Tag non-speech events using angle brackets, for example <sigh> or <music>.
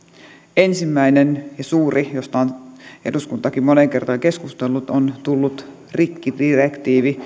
ensimmäinen ja suuri josta on eduskuntakin moneen kertaan keskustellut rikkidirektiivit <unintelligible>